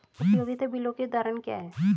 उपयोगिता बिलों के उदाहरण क्या हैं?